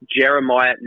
Jeremiah